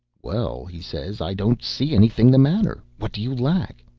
well, he says, i don't see anything the matter. what do you lack?